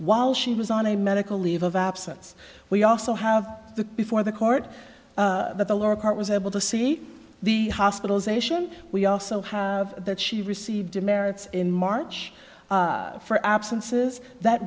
while she was on a medical leave of absence we also have the before the court that the lower court was able to see the hospitalization we also have that she received the merits in march for absences that